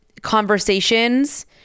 conversations